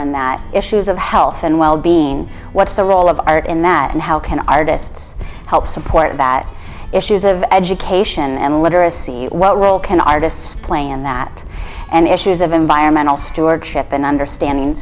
in that issues of health and well being what's the role of art in that and how can artists help support of issues of education and literacy what role can artists play in that the issues of environmental stewardship and understanding